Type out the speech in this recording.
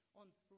on